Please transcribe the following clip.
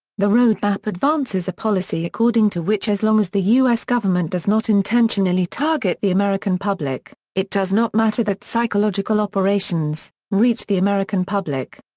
the roadmap advances a policy according to which as long as the u s. government does not intentionally target the american public, it does not matter that psychological operations, reach the american public.